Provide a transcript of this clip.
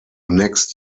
next